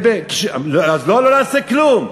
אז לא נעשה כלום.